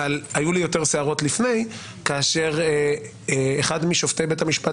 אבל היו לי יותר שערות לפני כאשר אחד משופטי בית המשפט